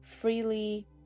freely